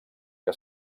que